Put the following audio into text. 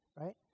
right